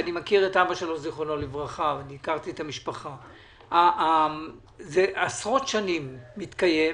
שאני מכיר את אביו ז"ל הכרתי את המשפחה עשרות שנים מתקיים,